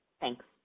Thanks